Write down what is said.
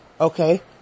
okay